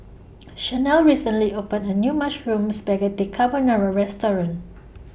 Shanelle recently opened A New Mushroom Spaghetti Carbonara Restaurant